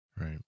right